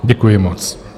Děkuji moc.